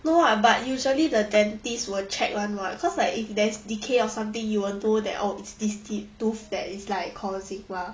no lah but usually the dentist will check [one] [what] cause like if there's decay or something you will know that oh it's this tooth that is like causing lah